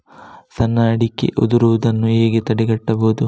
ಸಣ್ಣ ಅಡಿಕೆ ಉದುರುದನ್ನು ಹೇಗೆ ತಡೆಗಟ್ಟಬಹುದು?